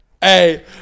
Hey